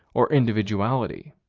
or individuality.